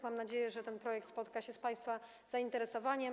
Mam nadzieję, że ten projekt spotka się z państwa zainteresowaniem.